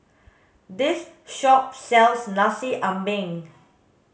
this shop sells nasi ambeng